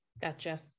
Gotcha